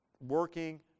working